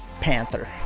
Panther